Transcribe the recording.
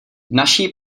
naší